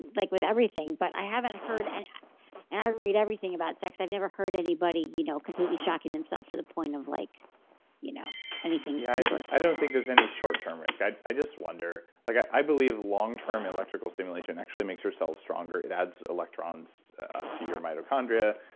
like with everything, but i haven't heard and and i read everything about sex. i've never heard anybody you know completely shocking themselves to the point of like you know anything super i don't think there's any short-term risk. i i just wonder. like i i believe long-term electrical stimulation actually makes your cells stronger. it adds electrons to your mitochondria.